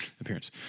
appearance